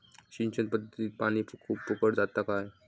सिंचन पध्दतीत पानी खूप फुकट जाता काय?